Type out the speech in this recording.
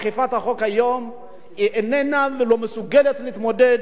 איננה ולא מסוגלת להתמודד עם השאלה הקיימת,